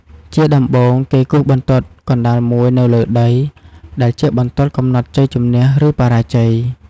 ជាដំបូង គេគូសបន្ទាត់កណ្ដាលមួយនៅលើដី ដែលជាបន្ទាត់កំណត់ជ័យជម្នះ ឬបរាជ័យ។